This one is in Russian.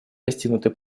достигнутый